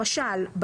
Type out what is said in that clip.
למשל,